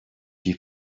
şey